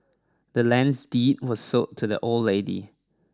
the land's deed was sold to the old lady